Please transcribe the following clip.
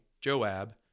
Joab